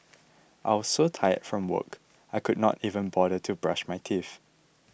I was so tired from work I could not even bother to brush my teeth